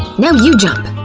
now you jump!